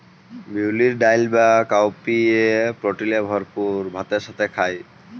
বিউলির ডাল বা কাউপিএ প্রটিলের ভরপুর ভাতের সাথে খায়